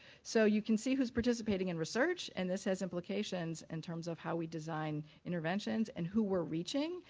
so you can see who's participating in research and this has implications in terms of how we design interventions and who we're reaching,